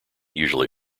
usually